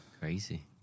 Crazy